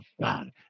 God